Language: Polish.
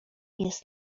jest